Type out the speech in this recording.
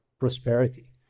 prosperity